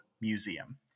museum